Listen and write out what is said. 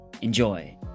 Enjoy